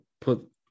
put